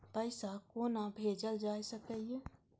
पैसा कोना भैजल जाय सके ये